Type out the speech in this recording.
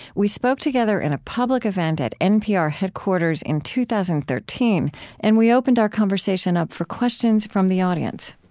we spoke together in a public event at npr headquarters in two thousand and thirteen and we opened our conversation up for questions from the audience